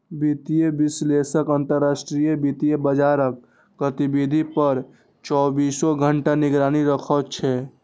वित्तीय विश्लेषक अंतरराष्ट्रीय वित्तीय बाजारक गतिविधि पर चौबीसों घंटा निगरानी राखै छै